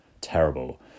Terrible